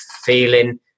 feeling